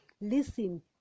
listen